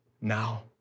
now